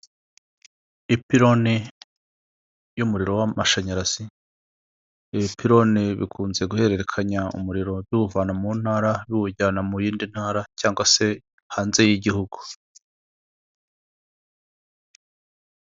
Ipiloni y'umuriro w'amashanyarazi. Ibipiloni bikunze guhererekanya umuriro biwuvana mu ntara biwujyana mu yindi ntara cyangwa se hanze y'igihugu.